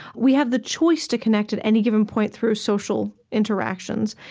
we have the choice to connect, at any given point, through social interactions.